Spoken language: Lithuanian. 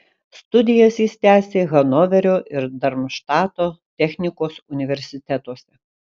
studijas jis tęsė hanoverio ir darmštato technikos universitetuose